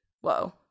Whoa